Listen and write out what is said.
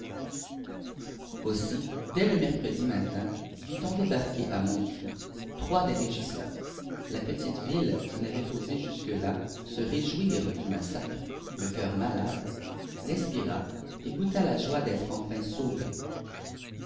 aussi dès le mercredi matin vit-on débarquer à montsou trois des régisseurs la petite ville qui n'avait osé jusque-là se réjouir du massacre le coeur malade respira et goûta la joie d'être enfin sauvée